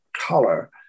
color